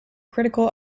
critical